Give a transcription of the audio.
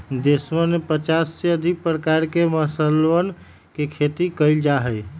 देशवन में पचास से अधिक प्रकार के मसालवन के खेती कइल जा हई